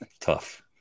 tough